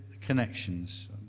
connections